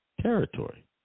territory